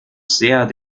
sehr